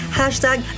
hashtag